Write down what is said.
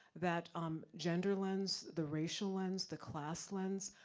that um gender lens, the racial lens, the class lens,